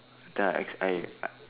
then I as I